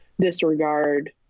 disregard